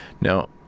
now